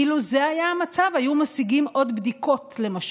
אילו זה היה המצב, היו משיגים עוד בדיקות, למשל.